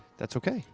that's ok.